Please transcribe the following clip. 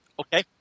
okay